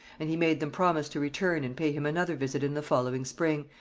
and he made them promise to return and pay him another visit in the following spring,